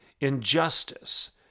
injustice